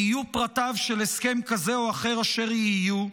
יהיו פרטיו של הסכם כזה או אחר אשר יהיו,